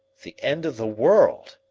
the end of the world!